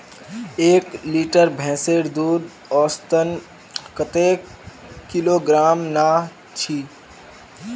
एक लीटर भैंसेर दूध औसतन कतेक किलोग्होराम ना चही?